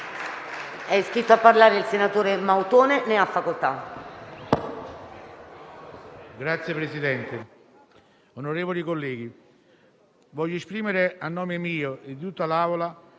Signor Presidente, onorevoli colleghi, voglio esprimere a nome mio e di tutta l'Assemblea